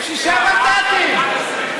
שישה מנדטים,